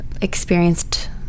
experienced